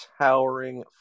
towering